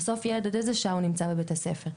בסוף ילד עד איזה שעה הוא נמצא בבית הספר?